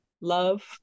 Love